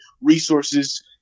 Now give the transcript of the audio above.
resources